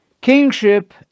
Kingship